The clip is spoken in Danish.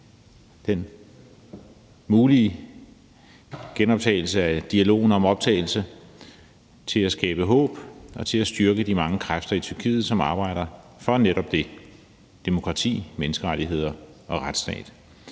den mulige genoptagelse af dialogen om optagelse til at skabe håb og til at styrke de mange kræfter i Tyrkiet, som arbejder for netop demokrati, menneskerettigheder og retsstat.